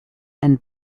and